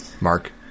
Mark